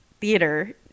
theater